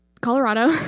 colorado